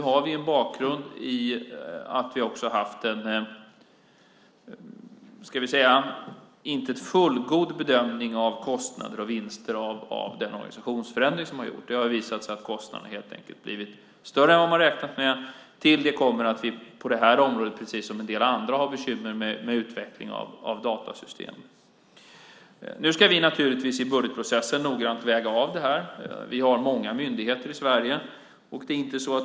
Till bakgrunden hör också att vi har haft en inte fullgod bedömning av kostnader och vinster av den organisationsförändring som har gjorts. Det har visat sig att kostnaderna helt enkelt har blivit större än vad man har räknat med. Till det kommer att vi på det här området, precis som på en del andra, har bekymmer med utveckling av datasystem. Nu ska vi noggrant väga av detta i budgetprocessen. Vi har många myndigheter i Sverige.